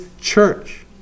church